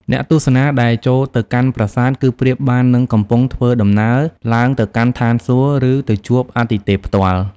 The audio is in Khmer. អ្នកទស្សនាដែលចូលទៅកាន់ប្រាសាទ គឺប្រៀបបាននឹងកំពុងធ្វើដំណើរឡើងទៅកាន់ឋានសួគ៌ ឬទៅជួបអាទិទេពផ្ទាល់។